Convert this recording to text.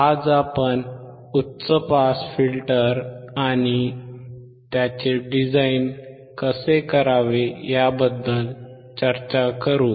आज आपण उच्च पास फिल्टर कसे डिझाइन करावे याबद्दल चर्चा करू